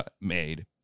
made